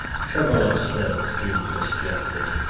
several absurd schemes were suggested.